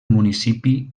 municipi